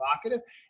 provocative